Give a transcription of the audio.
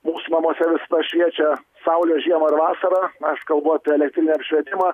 mūsų namuose visada šviečia saulė žiemą ir vasarą aš kalbu apie elektrinį apšvietimą